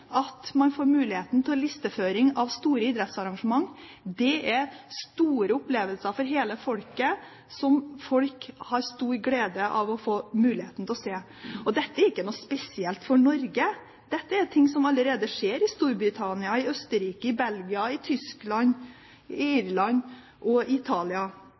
at man får muligheten til listeføring av store idrettsarrangement. Dette er store opplevelser for hele folket, som folk har stor glede av å få muligheten til å se. Dette er ikke noe spesielt for Norge. Dette er ting som allerede skjer – i Storbritannia, i Østerrike, i Tyskland, i Irland og i Italia.